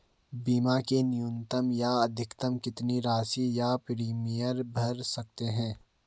बीमा की न्यूनतम या अधिकतम कितनी राशि या प्रीमियम भर सकते हैं?